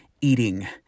eating